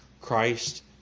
Christ